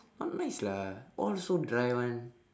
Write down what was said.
not nice lah all so dry [one]